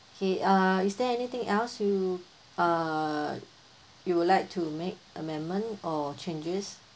okay uh is there anything else you uh you would like to make amendment or changes